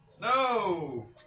No